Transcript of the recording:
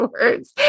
words